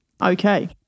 Okay